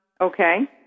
Okay